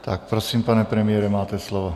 Tak prosím, pane premiére, máte slovo.